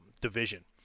division